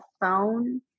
phone